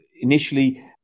initially